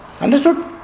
Understood